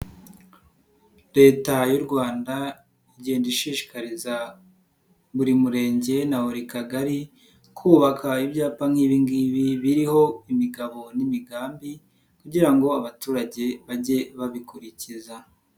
Leta y'u Rwanda igenda ishishikariza buri Murenge na buri Kagari kubaka ibyapa nk'ibi ngibi biriho imigabo n'imigambi kugira ngo abaturage bajye babikurikiza.